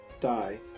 die